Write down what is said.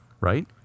right